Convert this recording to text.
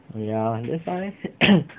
oh ya that why